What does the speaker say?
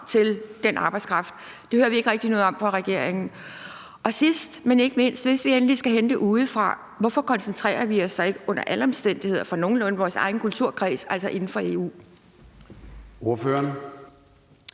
til den arbejdskraft. Det hører vi ikke rigtig noget om fra regeringens side. Og sidst, men ikke mindst: Hvis vi endelig skal hente det udefra, hvorfor koncentrerer vi os så ikke under alle omstændigheder om folk fra nogenlunde vores egen kulturkreds, altså inden for EU? Kl.